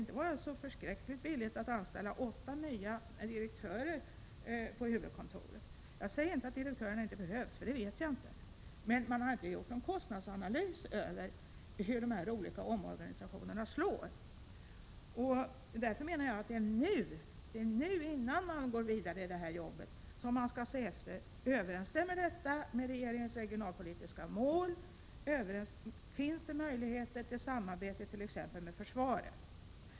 inte vara så förskräckligt billigt att anställa åtta nya direktörer på huvudkontoret. Jag säger inte att direktörerna inte behövs, för det vet inte jag, men man har inte gjort någon kostnadsanalys på hur de olika omorganisationerna slår. Det är nu, innan man går vidare, som man skall se efter om detta överensstämmer med regeringens regionalpolitiska mål och om det finns möjligheter till samarbete med exempelvis försvaret.